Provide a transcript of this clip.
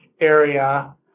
area